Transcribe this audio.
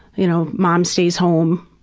you know mom stays home.